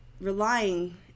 relying